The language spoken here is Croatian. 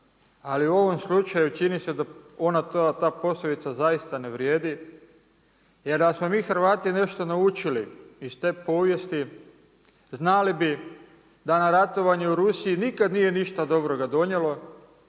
ali u ovom slučaju čini se da ta poslovica zaista ne vrijedi jer da smo mi Hrvati nešto naučili iz te povijesti znali bi da nam ratovanje u Rusiji nikad nije ništa dobroga donijelo,